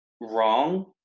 wrong